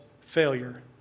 failure